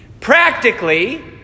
Practically